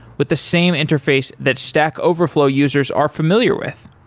with the same interface that stack overflow users are familiar with.